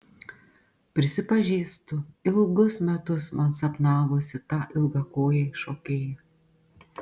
prisipažįstu ilgus metus man sapnavosi ta ilgakojė šokėja